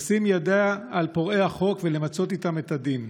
לשים ידיה על פורעי החוק ולמצות איתם את הדין.